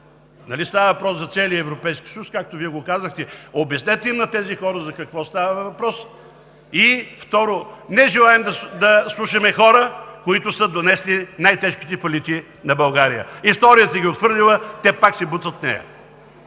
Става въпрос за целия Европейски съюз, както Вие го казахте. Обяснете им на тези хора за какво става въпрос. И, второ, не желаем да слушаме хора, които са донесли най тежките фалити на България! Историята ги е отхвърлила, те пак се бутат в нея.